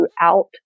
throughout